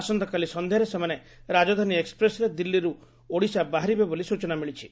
ଆସନ୍ତାକାଲି ସନ୍ଧ୍ୟାରେ ସେମାନେ ରାଜଧାନୀ ଏକୃପ୍ରେସ୍ରେ ଦିଲ୍ଲୀରୁ ଓଡ଼ିଶା ବାହାରିବେ ବୋଲି ସ୍ଚନା ମିଳିଛି